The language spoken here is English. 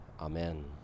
Amen